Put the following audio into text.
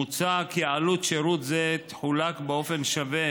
מוצע כי עלות שירות זה תחולק שווה